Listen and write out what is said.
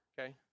okay